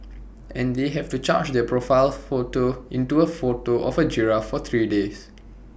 and they have to change their profile photo into A photo of A giraffe for three days